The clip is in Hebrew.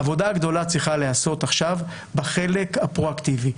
העבודה הגדולה צריכה להיעשות עכשיו בחלק הפרואקטיבי,